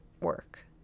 work